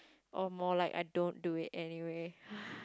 or more like I don't do it anyway